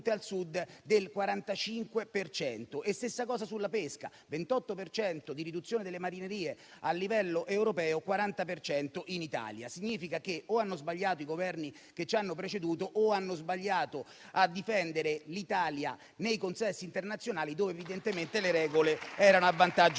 al Sud del 45 per cento. La stessa cosa sulla pesca, con il 28 per cento di riduzione delle marinerie a livello europeo e il 40 per cento in Italia. Significa che o hanno sbagliato i Governi che ci hanno preceduto o hanno sbagliato a difendere l'Italia nei consessi internazionali, dove evidentemente le regole erano a vantaggio